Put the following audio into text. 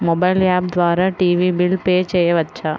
Mobile app ద్వారా TV bill pay చేయవచ్చా?